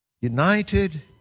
United